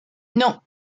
non